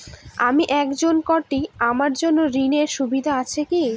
আমি একজন কট্টি আমার জন্য ঋণের সুবিধা আছে কি?